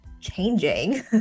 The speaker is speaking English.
changing